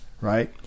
right